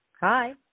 Hi